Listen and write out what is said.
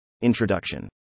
Introduction